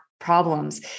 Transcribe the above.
problems